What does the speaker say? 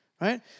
Right